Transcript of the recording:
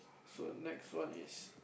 so next one is